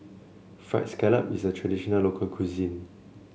fried scallop is a traditional local cuisine